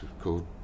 called